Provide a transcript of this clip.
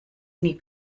nie